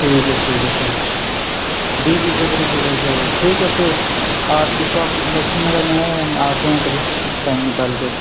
ٹھیک ہے ٹھیک ہے ٹھیک ہے جی جی ضرور ضرور ضرور ٹھیک ہے پھر آپ کی شاپ لکشمی نگر میں ہے ہم آتے ہیں کبھی ٹائم نکال کے